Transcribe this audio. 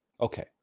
Okay